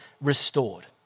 restored